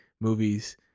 movies